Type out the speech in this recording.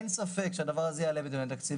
אין ספק שהדבר הזה יעלה בדיוני התקציב,